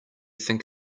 think